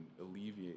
alleviate